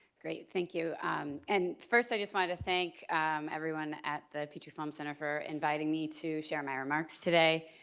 great thank you and and first i just want to thank um everyone at the petrie-flom center for inviting me to share my remarks today.